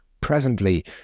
Presently